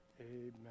Amen